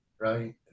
right